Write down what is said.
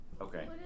Okay